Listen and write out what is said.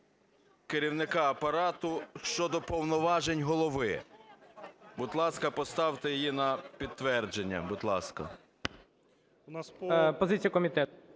керівника апарату щодо повноважень голови. Будь ласка, поставте її на підтвердження, будь ласка.